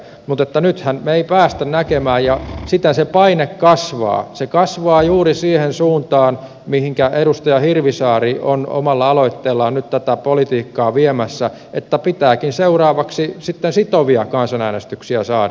mutta nythän me emme pääse näkemään ja sittenhän se paine kasvaa se kasvaa juuri siihen suuntaan mihinkä edustaja hirvisaari on omalla aloitteellaan nyt tätä politiikkaa viemässä että pitääkin seuraavaksi sitten sitovia kansanäänestyksiä saada